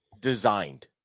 designed